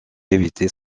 éviter